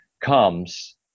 comes